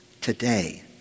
today